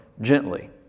gently